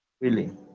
willing